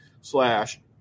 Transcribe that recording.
slash